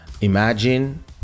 Imagine